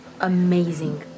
amazing